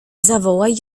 zawołaj